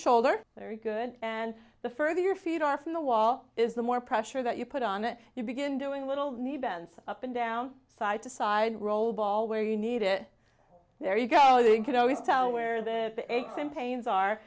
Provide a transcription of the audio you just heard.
shoulder very good and the further your feet are from the wall is the more pressure that you put on it you begin doing little need bends up and down side to side roll ball where you need it there you go you could always tell where the aches and pains are